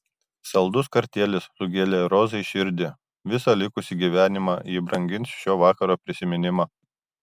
saldus kartėlis sugėlė rozai širdį visą likusį gyvenimą ji brangins šio vakaro prisiminimą